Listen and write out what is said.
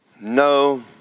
No